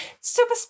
Super